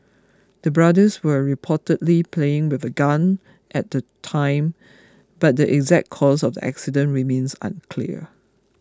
the brothers were reportedly playing with a gun at the time but the exact cause of the accident remains unclear